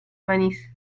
manís